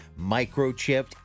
microchipped